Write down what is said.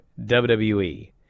WWE